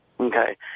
Okay